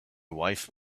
wife